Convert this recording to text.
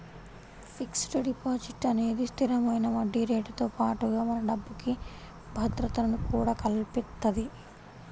fixed deposit అనేది స్థిరమైన వడ్డీరేటుతో పాటుగా మన డబ్బుకి భద్రతను కూడా కల్పిత్తది